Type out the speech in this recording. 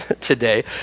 today